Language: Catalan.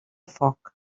foc